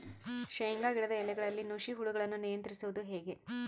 ಶೇಂಗಾ ಗಿಡದ ಎಲೆಗಳಲ್ಲಿ ನುಷಿ ಹುಳುಗಳನ್ನು ನಿಯಂತ್ರಿಸುವುದು ಹೇಗೆ?